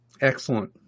Excellent